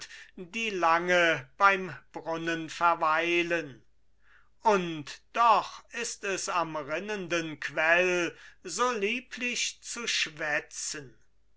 die lange beim brunnen verweilen und doch ist es am rinnenden quell so lieblich zu schwätzen